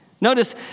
Notice